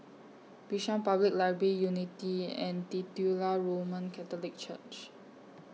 Bishan Public Library Unity and Titular Roman Catholic Church